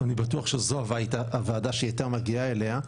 אבל אני בטוח שזו הוועדה שהיא הייתה מגיעה אליה,